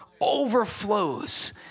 overflows